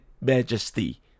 majesty